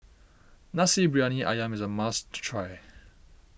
Nasi Briyani Ayam is a must try